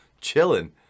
Chilling